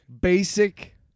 Basic